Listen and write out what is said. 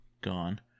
gone